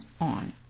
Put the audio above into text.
on